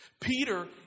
Peter